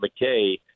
McKay